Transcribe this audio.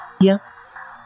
Yes